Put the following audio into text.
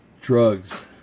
Drugs